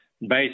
based